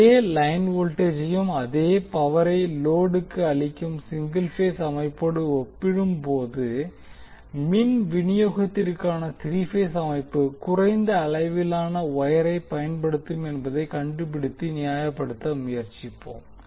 ஒரே லைன் வோல்டேஜையும் அதே பவரை லோடுக்கு அளிக்கும் சிங்கிள் பேஸ் அமைப்போடு ஒப்பிடும்போது மின் விநியோகத்திற்கான த்ரீ பேஸ் அமைப்பு குறைந்த அளவிலான வொயரை பயன்படுத்தும் என்பதைக் கண்டுபிடித்து நியாயப்படுத்த முயற்சிப்போம்